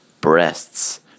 breasts